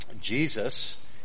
Jesus